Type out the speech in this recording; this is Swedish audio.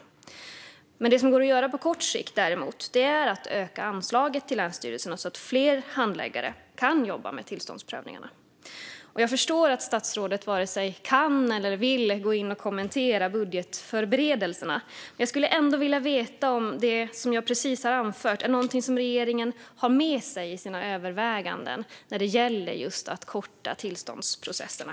Det som däremot går att göra på kort sikt är att öka anslaget till länsstyrelserna så att fler handläggare kan jobba med tillståndsprövningarna. Jag förstår att statsrådet varken kan eller vill gå in och kommentera budgetförberedelserna, men jag skulle ändå vilja veta om det som jag precis har anfört är någonting som regeringen har med sig i sina överväganden när det gäller att korta tillståndsprocesserna.